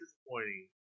disappointing